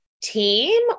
team